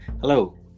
Hello